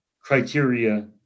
criteria